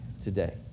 today